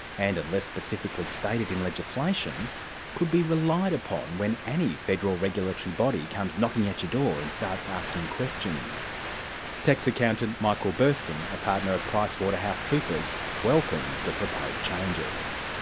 and unless specifically stated in legislation could be relied upon when any federal regulatory body comes knocking at your door and starts asking questions tax accountant michael bursten, a partner at price waterhouse coopers, welcomes the proposed changes.